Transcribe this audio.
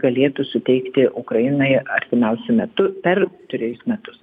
galėtų suteikti ukrainai artimiausiu metu per trejus metus